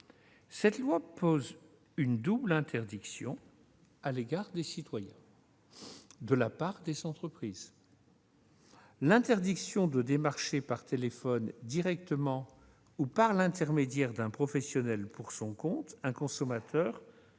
Cette loi pose une double interdiction aux entreprises : d'une part, l'interdiction de démarcher par téléphone, directement ou par l'intermédiaire d'un professionnel pour son compte, un consommateur